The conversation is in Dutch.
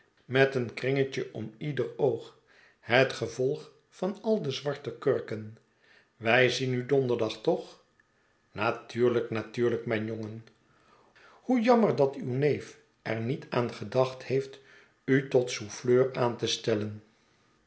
met een kringetje om ieder oog het gevolg van al de zwarte kurken wij zien u donderdag toch natuurlijk natuurlijk mijn jongen hoe jammer dat uw neef er niet aan gedacht heeft u tot souffleur aan te stellen